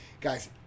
Guys